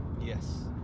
Yes